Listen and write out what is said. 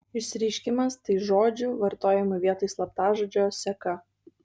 išsireiškimas tai žodžių vartojamų vietoj slaptažodžio seka